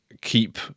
keep